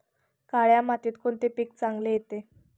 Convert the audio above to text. काळ्या मातीत कोणते पीक चांगले येते?